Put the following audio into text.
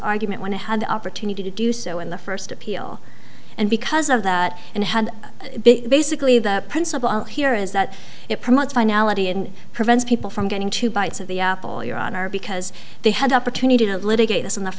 argument when i had the opportunity to do so in the first appeal and because of that and had basically the principle here is that it promotes finality and prevents people from getting two bites of the apple your honor because they had the opportunity to litigat